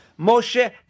Moshe